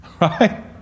Right